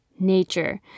nature